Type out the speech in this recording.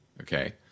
Okay